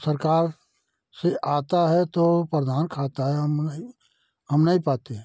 तो सरकार से आता है तो प्रधान खाता है हम नहीं पाते हैं